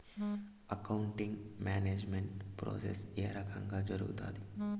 accounting management process ఏ రకంగా జరుగుతాది